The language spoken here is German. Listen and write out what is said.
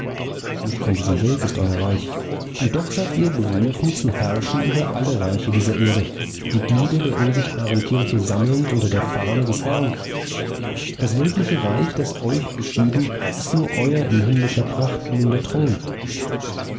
nicht von dieser welt ist euer reich und doch seid ihr berufen zu herrschen über alle reiche dieser erde die glieder der unsichtbaren kirche sammelnd unter der fahne des herrn das weltliche reich das euch beschieden ist nur euer in himmlischer pracht blühender thron